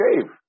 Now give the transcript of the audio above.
Dave